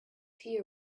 tea